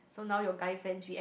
so now your guy friends react